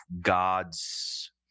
god's